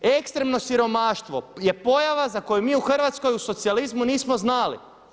Ekstremno siromaštvo je pojava za koju mi u Hrvatskoj u socijalizmu nismo znali.